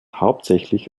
hauptsächlich